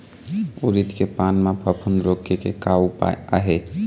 उरीद के पान म फफूंद रोके के का उपाय आहे?